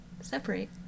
separate